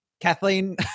Kathleen